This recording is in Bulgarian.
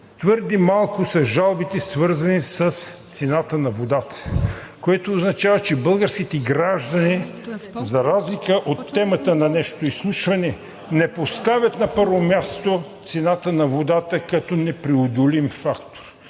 Твърде малко са жалбите, свързани с цената на водата, което означава, че българските граждани за разлика от темата на днешното изслушване не поставят на първо място цената на водата като непреодолим фактор.